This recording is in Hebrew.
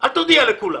אל תודיעו לכולם".